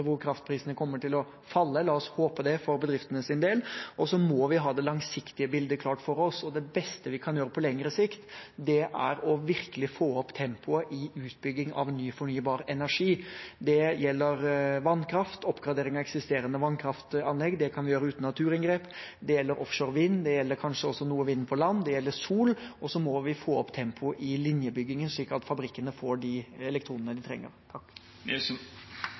hvor kraftprisene kommer til å falle – la oss håpe det for bedriftenes del. Vi må også ha det langsiktige bildet klart for oss. Det beste vi kan gjøre på lengre sikt, er virkelig å få opp tempoet i utbygging av ny fornybar energi. Det gjelder vannkraft – oppgradering av eksisterende vannkraftanlegg kan vi gjøre uten naturinngrep – det gjelder offshore vind, det gjelder kanskje også noe vind på land, det gjelder sol, og så må vi få opp tempo i linjebyggingen, slik at fabrikkene får de elektronene de trenger.